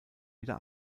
wieder